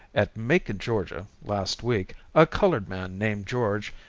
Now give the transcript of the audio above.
at macon, ga, last week, a colored man named george,